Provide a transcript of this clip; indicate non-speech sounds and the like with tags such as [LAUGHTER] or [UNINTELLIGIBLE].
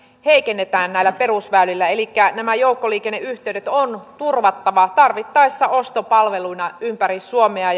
heikennetään näillä perusväylillä elikkä nämä joukkoliikenneyhteydet on turvattava tarvittaessa ostopalveluina ympäri suomea [UNINTELLIGIBLE]